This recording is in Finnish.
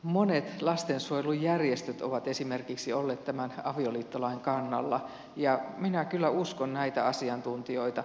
monet lastensuojelujärjestöt ovat esimerkiksi olleet tämän avioliittolain kannalla ja minä kyllä uskon näitä asiantuntijoita